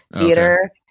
theater